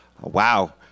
Wow